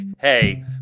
hey